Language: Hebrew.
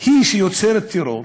היא שיוצרת טרור.